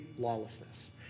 lawlessness